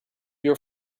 your